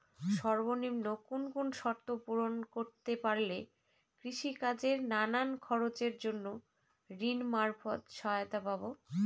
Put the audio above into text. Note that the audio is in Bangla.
সর্বনিম্ন কোন কোন শর্ত পূরণ করতে পারলে কৃষিকাজের নানান খরচের জন্য ঋণ মারফত সহায়তা পাব?